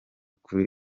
kuri